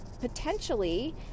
potentially